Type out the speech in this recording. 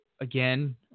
again